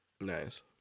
Nice